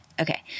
Okay